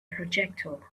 projectile